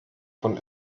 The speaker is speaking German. von